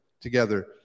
together